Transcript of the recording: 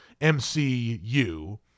MCU